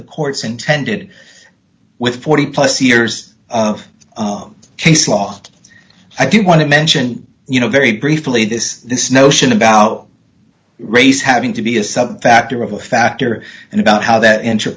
the courts intended with forty plus years of case law i do want to mention you know very briefly this this notion about race having to be a factor of a factor and about how that inter